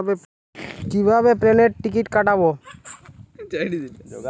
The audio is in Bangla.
কিভাবে প্লেনের টিকিট কাটব?